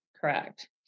correct